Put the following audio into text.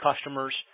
customers